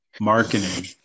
marketing